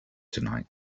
tonight